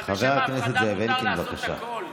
אבל בשם ההפחדה מותר לעשות הכול,